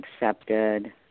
accepted